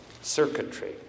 circuitry